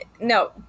no